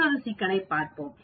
மற்றொரு சிக்கலைப் பார்ப்போம்